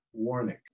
Warnick